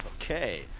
Okay